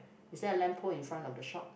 is there a lamp pole in front of the shop